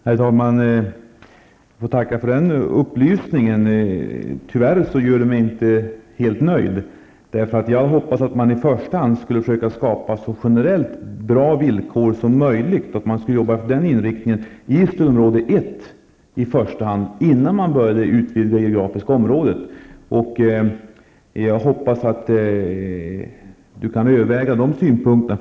Herr talman! Jag får tacka för den upplysningen. Tyvärr gör den mig inte helt nöjd. Jag hade hoppats att man i första hand skulle försöka skapa så bra generella villkor som möjligt, i första hand i stödområde 1, innan man började utvidga det geografiska området. Jag hoppas att arbetsmarknadsministern kan överväga de synpunkterna.